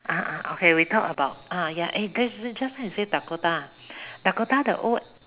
ah ah ah okay we talk about ah ya interesting you say Dakota Dakota the old